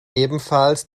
ebenfalls